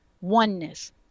oneness